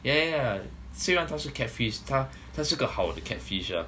yeah yeah yeah 虽然她是 catfish 她她是个好的 catfish uh